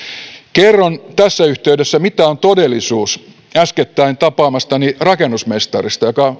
kerron tässä yhteydessä mitä on todellisuus äskettäin tapaamani rakennusmestari